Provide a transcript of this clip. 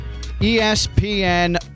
ESPN